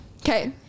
Okay